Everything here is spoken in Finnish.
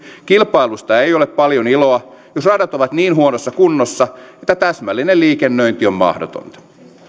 kilpailusta ei ole paljon iloa jos radat ovat niin huonossa kunnossa että täsmällinen liikennöinti on mahdotonta